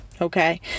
Okay